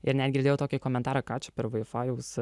ir net girdėjau tokį komentarą ką čia per vaifajaus